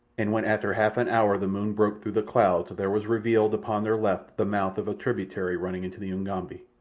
and when after half an hour the moon broke through the clouds there was revealed upon their left the mouth of a tributary running into the ugambi.